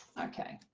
okay